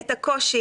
את הקושי,